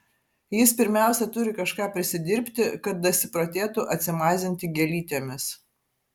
jis pirmiausia turi kažką prisidirbti kad dasiprotėtų atsimazinti gėlytėmis